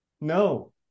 no